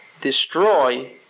destroy